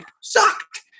Sucked